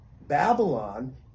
Babylon